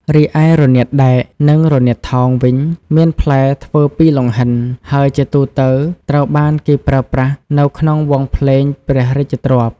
រីឯ រនាតដែក និង រនាតថោង វិញ មានផ្លែធ្វើពីលង្ហិន ហើយជាទូទៅត្រូវបានគេប្រើប្រាស់នៅក្នុងវង់ភ្លេងព្រះរាជទ្រព្យ។